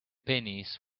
pennies